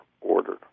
ordered